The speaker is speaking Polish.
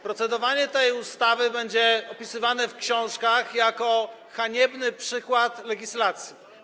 Procedowanie nad tą ustawą będzie opisywane w książkach jako haniebny przykład legislacji.